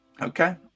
Okay